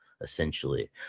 essentially